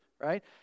right